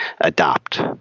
adopt